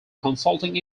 consulting